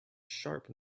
sharp